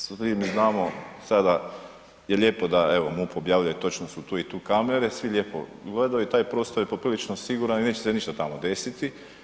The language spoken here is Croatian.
Svi mi znamo sada je lijepo da evo MUP objavljuje točno su tu i tu kamere, svi lijepo gledaju taj prostor i poprilično je siguran i neće se ništa tamo desiti.